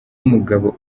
umugabo